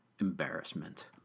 Embarrassment